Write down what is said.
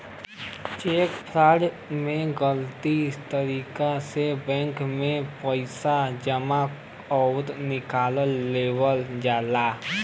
check fraud में गलत तरीके से बैंक में पैसा जमा आउर निकाल लेवल जाला